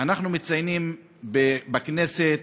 אנחנו מציינים בכנסת